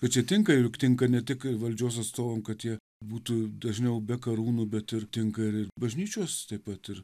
atsitinka juk tinka ne tik valdžios atstovam kad jie būtų dažniau be karūnų bet ir tinka ir bažnyčios taip pat ir